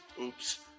Oops